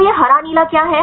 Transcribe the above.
तो यह हरा नीला क्या है